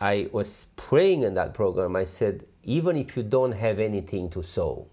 i was praying in that program i said even if you don't have anything to a soul